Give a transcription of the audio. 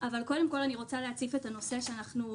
אבל קודם כול אני רוצה להציף את הנושא הבא.